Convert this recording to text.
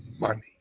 money